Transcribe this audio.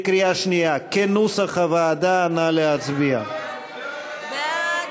כנוסח הוועדה, נא להצביע בקריאה שנייה.